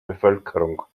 bevölkerung